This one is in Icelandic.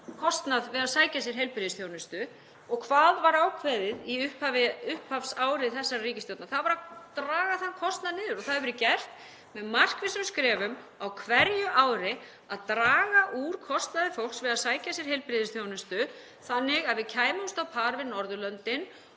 kostnað við að sækja sér heilbrigðisþjónustu, hvað var ákveðið í upphafi upphafsárs þessarar ríkisstjórnar? Það var að draga þann kostnað niður og það hefur verið gert með markvissum skrefum á hverju ári, að draga úr kostnaði fólks við að sækja sér heilbrigðisþjónustu þannig að við værum á pari við Norðurlöndin